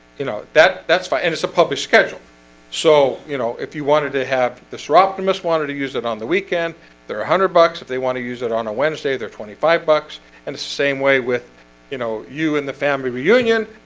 you know that that's my end. it's a published schedule so, you know if you wanted to have disrupted miss wanted to use it on the weekend there are a hundred bucks if they want to use it on a wednesday they're twenty five bucks and it's the same way with you know, you and the family reunion